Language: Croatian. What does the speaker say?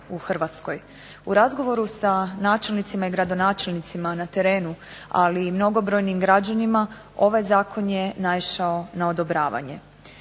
U razgovoru sa načelnicima i gradonačelnicima na terenu, ali i mnogobrojnim građanima ovaj zakon je naišao na odobravanje.